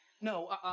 No